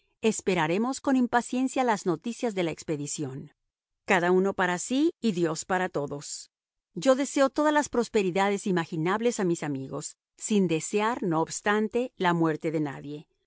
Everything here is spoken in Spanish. esperaremos con impaciencia las noticias de la expedición cada uno para sí y dios para todos yo deseo todas las prosperidades imaginables a mis amigos sin desear no obstante la muerte de nadie